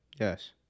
Yes